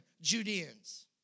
Judeans